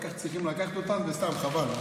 אחר כך צריך לקחת אותם, וסתם חבל.